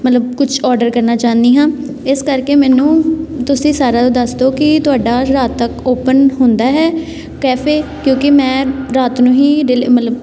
ਮਤਲਵ ਕੁਛ ਔਡਰ ਕਰਨਾ ਚਾਹੁੰਦੀ ਹਾਂ ਇਸ ਕਰਕੇ ਮੈਨੂੰ ਤੁਸੀਂ ਸਾਰਾ ਦੱਸ ਦਿਉ ਕੀ ਤੁਹਾਡਾ ਰਾਤ ਤੱਕ ਓਪਨ ਹੁੰਦਾ ਹੈ ਕੈਫੇ ਕਿਉਂਕਿ ਮੈਂ ਰਾਤ ਨੂੰ ਹੀ ਡਿਲੀ ਮਤਲਵ